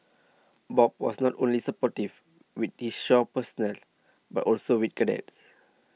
Bob was not only supportive with his shore personnel but also with cadets